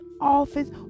office